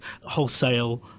wholesale